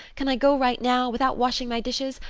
can i go right now without washing my dishes?